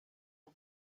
and